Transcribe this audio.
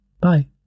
Bye